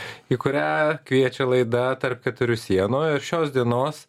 į kurią kviečia laida tarp keturių sienų ir šios dienos